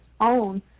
own